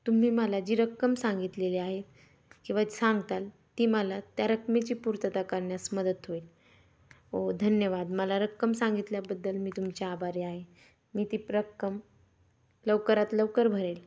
तुम्ही मला जी रक्कम सांगितलेली आहे किंवा सांगताल ती मला त्या रकमेची पूर्तता करण्यास मदत होईल हो धन्यवाद मला रक्कम सांगितल्याबद्दल मी तुमच्या आभारी आहे मी ती प्रक्कम लवकरात लवकर भरेल